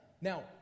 Now